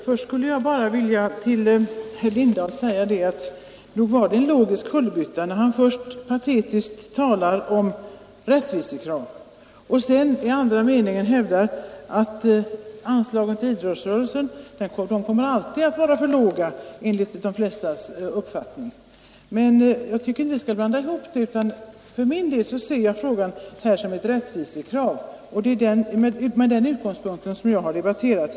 Herr talman! Till herr Lindahl skulle jag vilja säga att det nog var en logisk kullerbytta när han först talar om rättvisekrav för att i nästa mening hävda att anslagen till idrottsrörelsen alltid kommer att vara för låga enligt de flestas uppfattning. Jag tycker inte att man skall blanda ihop dessa saker. För min del ser jag den nu diskuterade frågan som ett rättvisekrav, och det är från den utgångspunkten jag här har debatterat.